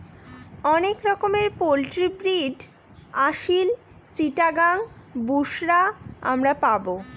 অনেক রকমের poultry breed Aseel, Chittagong, Busra আমরা পাবো